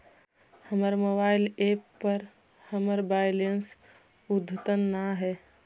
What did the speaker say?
हमर mobile app पर हमर बैलेंस अद्यतन ना हई